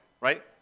right